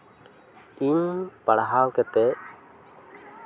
ᱤᱧ ᱯᱟᱲᱦᱟᱣ ᱠᱟᱛᱮᱫ